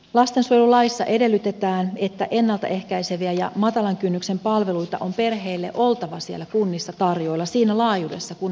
lastensuojelulaissa edellytetään että ennalta ehkäiseviä ja matalan kynnyksen palveluita on perheille oltava siellä kunnissa tarjolla siinä laajuudessa kuin on tarvetta